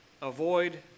Avoid